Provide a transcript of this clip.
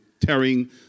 tearing